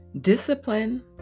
discipline